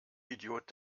idiot